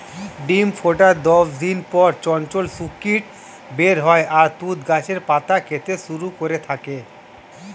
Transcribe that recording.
ডিম ফোটার দশ দিন পর চঞ্চল শূককীট বের হয় আর তুঁত গাছের পাতা খেতে শুরু করে থাকে